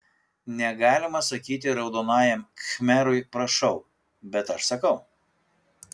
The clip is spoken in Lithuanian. negalima sakyti raudonajam khmerui prašau bet aš sakau